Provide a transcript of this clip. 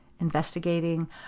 investigating